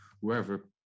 whoever